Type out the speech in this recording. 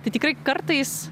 tai tikrai kartais